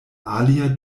alia